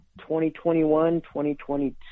2021-2022